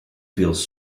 feels